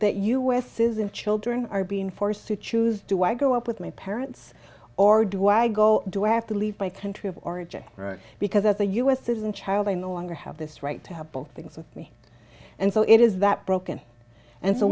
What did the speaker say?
that u s citizen children are being forced to choose do i go up with my parents or do i go do i have to leave my country of origin because as a u s citizen child i no longer have this right to have both things with me and so it is that broken and so